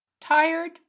Tired